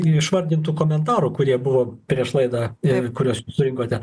išvardintų komentarų kurie buvo prieš laidą ir kuriuos surinkote